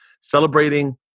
Celebrating